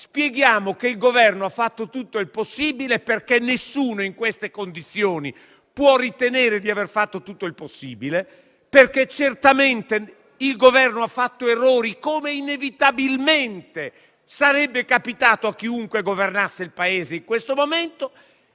spieghiamo che l'Esecutivo ha fatto tutto il possibile, perché nessuno in queste condizioni può ritenere di avere fatto tutto il possibile. Certamente il Governo ha fatto errori, come inevitabilmente sarebbe capitato a chiunque avesse governato il Paese in questo momento.